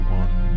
one